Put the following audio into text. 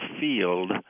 field